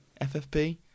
FFP